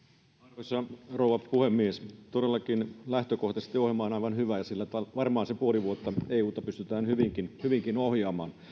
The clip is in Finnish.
arvoisa rouva puhemies todellakin lähtökohtaisesti ohjelma on aivan hyvä ja sillä varmaan se puoli vuotta euta pystytään hyvinkin hyvinkin ohjaamaan